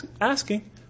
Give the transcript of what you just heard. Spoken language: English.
asking